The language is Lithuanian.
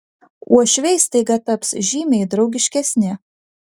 uošviai staiga taps žymiai draugiškesni